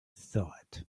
thought